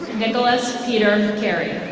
nicholas peter carey.